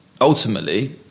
Ultimately